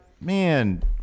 man